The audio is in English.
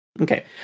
Okay